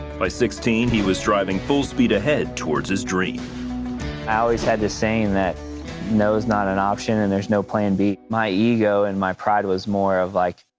by sixteen he was driving full speed ahead towards his dream. i always had this saying that no is not an option and there's no plan b. my ego and my pride was ah like,